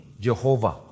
Jehovah